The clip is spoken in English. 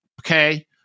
okay